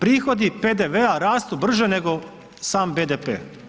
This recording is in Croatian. Prihodi PDV-a rastu brže nego sam BDP.